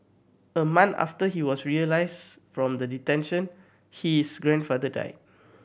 a month after he was released from the detention his grandfather died